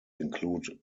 include